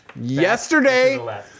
Yesterday